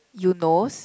Eunos